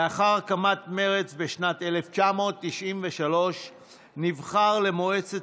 לאחר הקמת מרצ בשנת 1993 נבחר למועצת